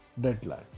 deadline